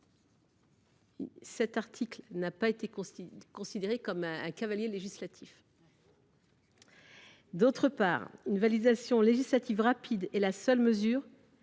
cet article n’a pas été considéré comme un cavalier législatif. D’autre part, une validation législative rapide est la seule mesure